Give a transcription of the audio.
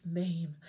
name